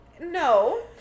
no